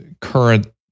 current